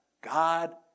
God